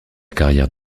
carrière